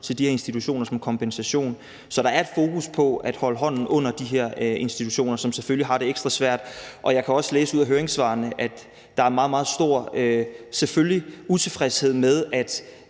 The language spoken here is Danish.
til de her institutioner som kompensation. Så der er selvfølgelig et fokus på at holde hånden under de her institutioner, som har det ekstra svært, og jeg kan også læse ud af høringssvarene, at der er meget, meget stor utilfredshed med,